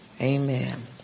Amen